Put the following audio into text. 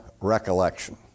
recollection